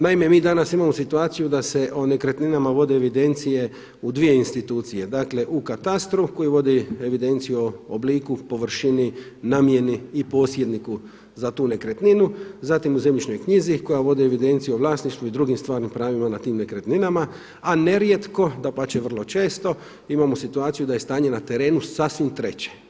Naime, mi danas imamo situaciju da se o nekretninama vode evidencije u dvije institucije, dakle u katastru koji vodi evidenciju o obliku, površini, namjeni i posjedniku za tu nekretninu, zatim u zemljišnoj knjizi koja vodi evidenciju o vlasništvu i drugim stvarnim pravima na tim nekretninama, a nerijetko, dapače vrlo često imamo situaciju da je stanje na terenu sasvim treće.